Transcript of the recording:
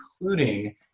including